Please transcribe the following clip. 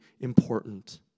important